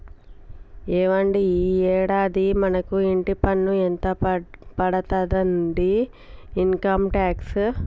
ఏవండి ఈ యాడాది మనకు ఇంటి పన్ను ఎంత పడతాదండి ఇన్కమ్ టాక్స్